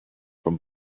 from